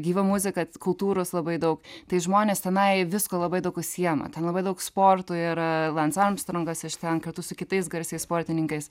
gyva muzika kultūros labai daug tai žmonės tenai visko labai daug užsiema ten labai daug sportų yra lans armstrongas iš ten kartu su kitais garsiais sportininkais